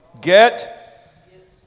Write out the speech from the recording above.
Get